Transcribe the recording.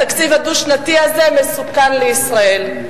התקציב הדו-שנתי הזה מסוכן לישראל.